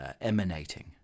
emanating